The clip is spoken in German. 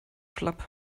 schlapp